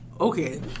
Okay